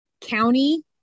county